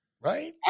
right